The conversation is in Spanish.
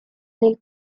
del